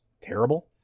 terrible